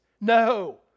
No